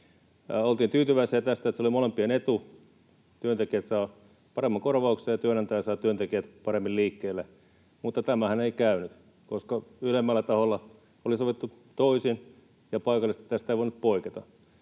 Oltiin tyytyväisiä tästä, se oli molempien etu — työntekijät saivat paremman korvauksen ja työnantaja sai työntekijät paremmin liikkeelle — mutta tämähän ei käynyt, koska ylemmällä taholla oli sovittu toisin ja paikallisesti tästä ei voinut poiketa.